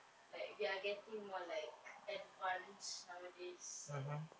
like we're getting more like advance nowadays so